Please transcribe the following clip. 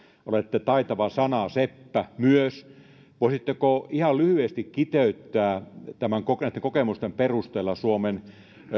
olette taitava sanaseppä myös niin voisitteko ihan lyhyesti kiteyttää näiden kokemusten perusteella suomen